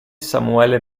samuele